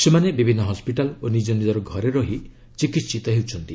ସେମାନେ ବିଭିନ୍ନ ହସ୍କିଟାଲ ଓ ନିଜ ନିଜର ଘରେ ରହି ଚିକିିିିତ ହେଉଛନ୍ତି